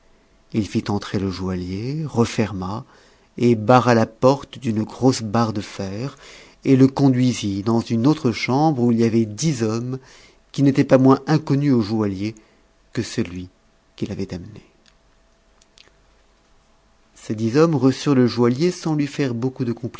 il fit entrer le joaillier referma et barra la porte d'une grosse barre de fer et le conduisit dans une autre chambre où il y avait dix autres hommes qui n'étaient pas moins inconnus au joaillier que celui qui l'avait amené ces dix hommes reçurent le joaillier sans lui faire beaucoup de